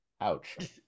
ouch